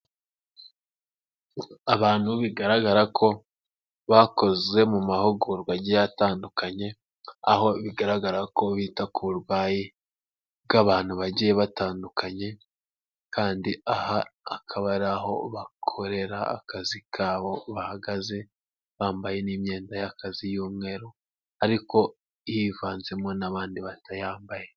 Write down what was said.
Abantu bigaragara ko bakoze mu mahugurwa agiye atandukanye, aho bigaragara ko bita ku burwayi bw'abantu bagiye batandukanye kandi aha akaba ari aho bakorera akazi kabo, bahagaze bambaye n'imyenda y'akazi y'umweru ariko hivanzemo n'abandi batayambaye.